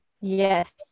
Yes